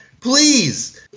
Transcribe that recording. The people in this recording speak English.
please